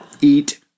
eat